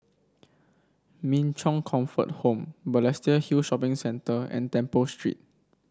Min Chong Comfort Home Balestier Hill Shopping Centre and Temple Street